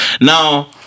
Now